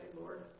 Lord